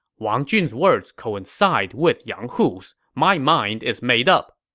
wang jun's words coincide with yang hu's. my mind is made up.